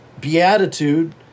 beatitude